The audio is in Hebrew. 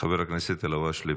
חבר הכנסת אלהואשלה,